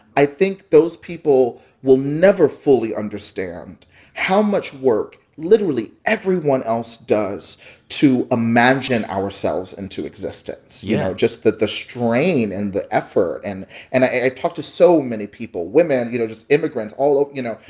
i think those people will never fully understand how much work literally everyone else does to imagine ourselves into existence yeah you know, just the the strain and the effort. and and i talked to so many people women, you know, just immigrants, all you know,